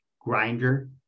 grinder